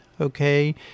okay